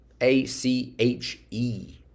A-C-H-E